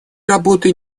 работы